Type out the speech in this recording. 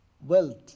wealth